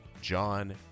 John